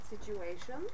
situation